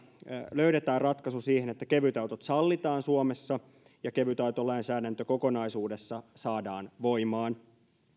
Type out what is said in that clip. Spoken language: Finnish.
löydetään ratkaisu siihen että kevytautot sallitaan suomessa ja kevytautolainsäädäntö kokonaisuudessaan saadaan voimaan